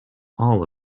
all